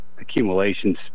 accumulations